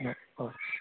ಹಾಂ ಓಕೆ